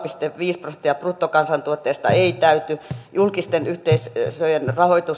pilkku viisi prosenttia bruttokansantuotteesta ei täyty julkisten yhteisöjen